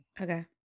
Okay